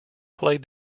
played